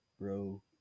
Bro